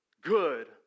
good